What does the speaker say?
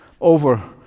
over